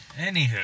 Anywho